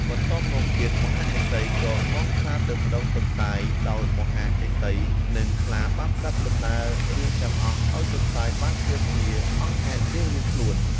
បន្ទាប់មកទៀតមហាឫសីក៏នាំខ្លាទៅប្តឹងទន្សាយ ដោយមហាឫសី និងខ្លាបានប្រាប់ដំណើរ រឿងទាំងអស់ឱ្យទន្សាយបានជ្រាបជាអង្គហេតុរៀងៗខ្លួន។